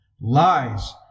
lies